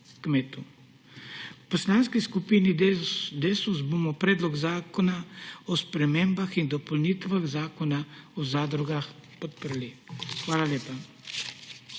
V Poslanski skupini Desus bomo Predlog zakona o spremembah in dopolnitvah Zakona o zadrugah podprli. Hvala lepa.